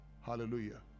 Hallelujah